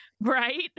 right